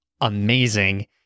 amazing